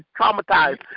traumatized